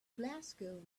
glasgow